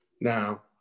Now